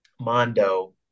Mondo